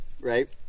right